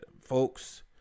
folks